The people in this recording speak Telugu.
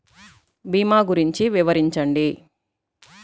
భీమా గురించి వివరించండి?